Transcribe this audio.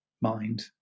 mind